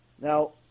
Now